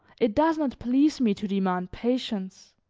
it does not please me to demand patience,